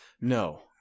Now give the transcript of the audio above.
no